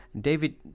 David